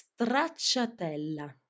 Stracciatella